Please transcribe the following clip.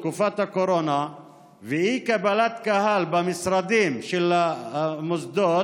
תקופת הקורונה ואי-קבלת הקהל במשרדים של המוסדות,